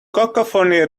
cacophony